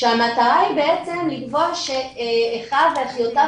כשהמטרה היא בעצם לקבוע שאחיו ואחיותיו